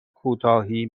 کوتاهی